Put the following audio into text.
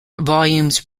volumes